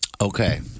Okay